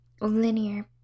linear